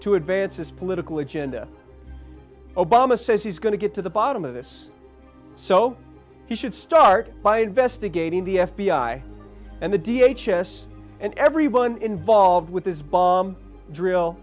to advance his political agenda obama says he's going to get to the bottom of this so he should start by investigating the f b i and the d h and everyone involved with this bomb drill